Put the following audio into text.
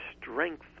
strength